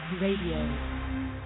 Radio